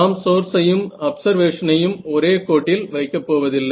நாம் சோர்ஸையும் அப்சர்வேஷனையும் ஒரே கோட்டில் வைக்கப் போவதில்லை